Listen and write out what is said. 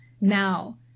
now